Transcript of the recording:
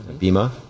Bima